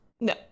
No